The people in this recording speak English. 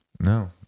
No